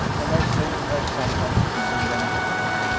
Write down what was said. and are said to have sometimes bitten them through,